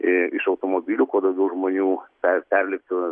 iš automobilių kuo daugiau žmonių per perliptų